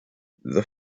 the